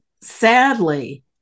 sadly